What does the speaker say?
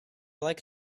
like